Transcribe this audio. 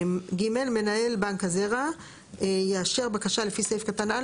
(ג) מנהל בנק הזרע יאשר בקשה לפי סעיף קטן (א),